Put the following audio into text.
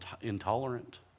intolerant